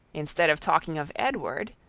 instead of talking of edward,